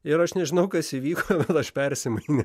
ir aš nežinau kas įvyko kad aš persimainiau